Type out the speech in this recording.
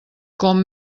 com